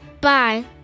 Bye